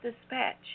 Dispatch